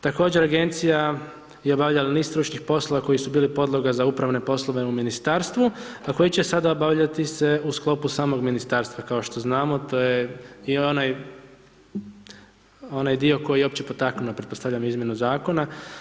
Također agencija je obavljala niz stručnih poslova koji su bili podloga za upravne poslove u ministarstvu a koje će sada obavljati se u sklopu samog ministarstva, kao što znamo to je onaj dio koji je uopće potaknuo pretpostavljam, izmjenu zakona.